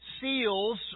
seals